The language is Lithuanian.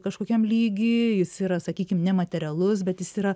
kažkokiam lygy jis yra sakykim nematerialus bet jis yra